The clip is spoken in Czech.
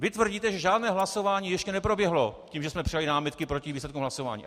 Vy tvrdíte, že žádné hlasování ještě neproběhlo tím, že jsme přijali námitky proti výsledkům hlasování.